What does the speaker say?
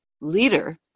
leader